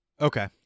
Okay